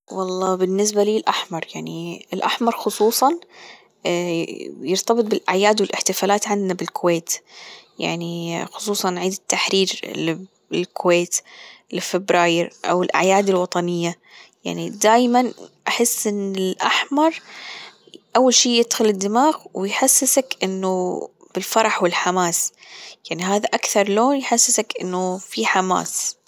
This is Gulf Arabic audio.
والله بالنسبة لي الأحمر يعني الأحمر خصوصا يرتبط بالأعياد والإحتفالات عنا بالكويت يعني خصوصا عيد التحرير اللي بالكويت اللي في فبراير أو الأعياد الوطنية يعني دايما أحس إن الأحمر أول شي يدخل الدماغ ويحسسك إنه بالفرح والحماس يعني هذا أكثر لون يحسسك أنه في حماس.